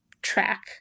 track